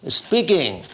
speaking